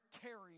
carrying